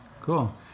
cool